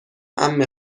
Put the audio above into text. عمه